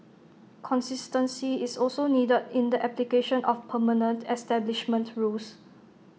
consistency is also needed in the application of permanent establishment rules